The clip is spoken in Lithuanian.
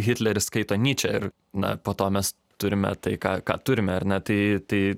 hitleris skaito nyčę ir na po to mes turime tai ką ką turime ar ne tai tai